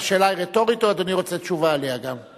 השאלה היא רטורית או אדוני רוצה תשובה עליה גם?